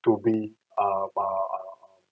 to be a bar